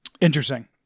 Interesting